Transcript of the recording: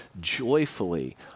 joyfully